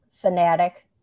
fanatic